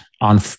on